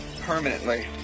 permanently